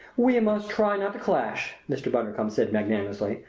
we must try not to clash, mr. bundercombe said magnanimously.